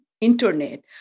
internet